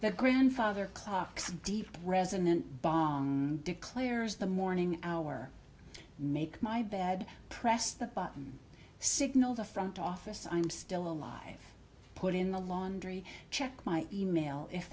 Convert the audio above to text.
the grandfather clocks deep resonant by declares the morning hour make my bed press the button signal the front office i'm still alive put in the laundry check my email if